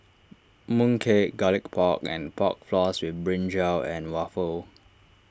Mooncake Garlic Pork and Pork Floss with Brinjal and Waffle